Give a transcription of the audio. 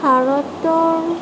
ভাৰতৰ